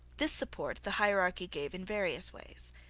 this support the hierarchy gave in various ways,